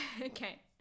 Okay